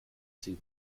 see